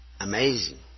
Amazing